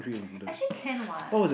actually can [what]